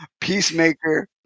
Peacemaker